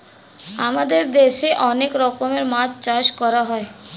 আমাদের দেশে অনেক রকমের মাছ চাষ করা হয়